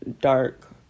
dark